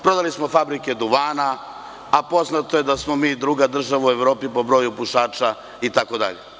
Prodali smo fabrike duvana, a poznato je da smo mi druga država u Evropi po broju pušača itd.